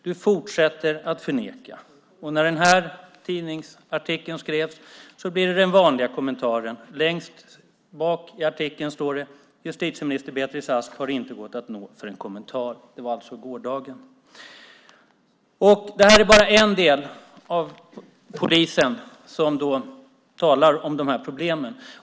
Du fortsätter att förneka. När den här tidningsartikeln skrevs blev det den vanliga kommentaren. Längst ned i artikeln står det: "Justitieminister Beatrice Ask har inte gått att nå för en kommentar." Det var alltså i går. Det här är bara en del av polisen som talar om problem.